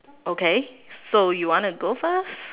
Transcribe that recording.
okay so you want to go first